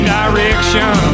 direction